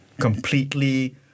completely